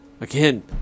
again